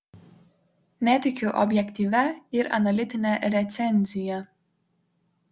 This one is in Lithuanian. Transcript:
netikiu objektyvia ir analitine recenzija